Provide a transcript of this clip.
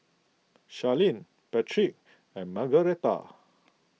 Sharlene Patric and Margueritta